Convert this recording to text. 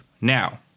Now